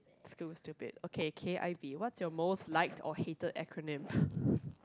school's stupid okay K_I_V what's your most liked or hated acronym